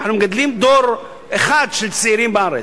אנחנו מגדלים דור אחד של צעירים בארץ,